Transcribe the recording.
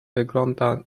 wygląda